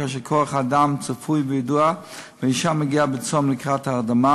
כאשר כוח-האדם צפוי וידוע והאישה מגיעה בצום לקראת ההרדמה,